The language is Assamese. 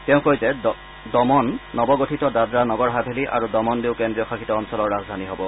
তেওঁ কয় যে দমন নৱগঠিত দাদৰা নগৰ হাভেলী আৰু দমন ডিউ কেন্দ্ৰীয়শাসিত অঞ্চলৰ ৰাজধানী হ'ব